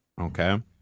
Okay